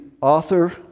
author